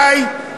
פונה לחברים: די,